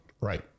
Right